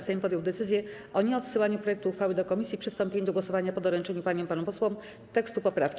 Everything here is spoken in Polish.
Sejm podjął decyzję o nieodsyłaniu projektu uchwały do komisji i przystąpieniu do głosowania po doręczeniu paniom i panom posłom tekstu poprawki.